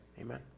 amen